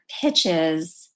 pitches